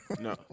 No